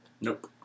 Nope